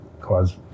cause